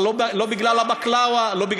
אבל לא בגלל הבקלאווה,